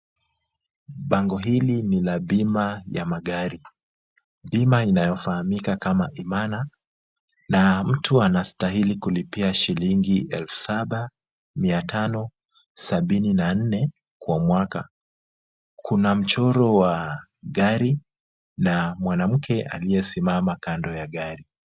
Bango hili ni la bima ya magari. Bima inayofahamika kama Imara, na pia mtu anahitaji kulipia shilingi elfu saba, mia tano sabini na nne kwa mwaka. Kuna mchoro wa gari na mwanamke aliyesimama kando ya gari.